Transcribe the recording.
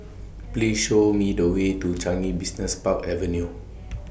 Please Show Me The Way to Changi Business Park Avenue